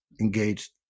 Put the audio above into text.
engaged